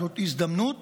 זאת הזדמנות